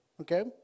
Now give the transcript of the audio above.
Okay